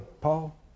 Paul